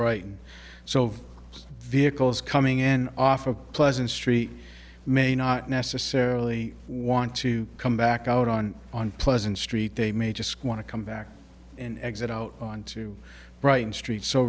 brighton so vehicles coming in off a pleasant street may not necessarily want to come back out on on pleasant street they may just want to come back and exit out onto brighton street so